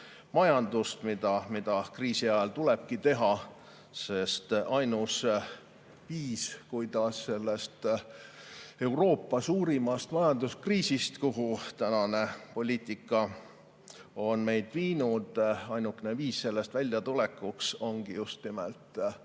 majandust, mida kriisiajal tulebki teha, sest ainus viis, kuidas sellest Euroopa suurimast majanduskriisist, kuhu tänane poliitika on meid viinud, välja tulla, ongi just nimelt maksude